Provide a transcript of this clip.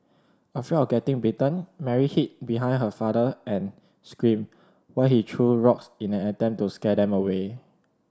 afraid of getting bitten Mary hid behind her father and screamed while he threw rocks in an attempt to scare them away